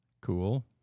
Cool